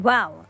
Wow